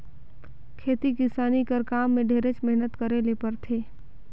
खेती किसानी कर काम में ढेरेच मेहनत करे ले परथे